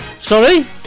Sorry